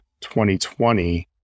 2020